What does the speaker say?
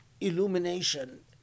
illumination